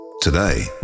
Today